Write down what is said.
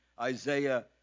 Isaiah